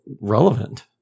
relevant